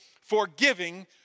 forgiving